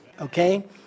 Okay